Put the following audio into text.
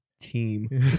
team